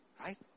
Right